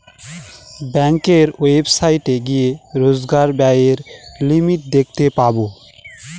ব্যাঙ্কের ওয়েবসাইটে গিয়ে রোজকার ব্যায়ের লিমিট দেখতে পাবো